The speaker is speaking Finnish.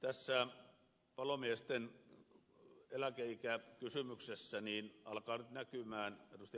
tässä palomiesten eläkeikäkysymyksessä alkaa nyt näkyä ed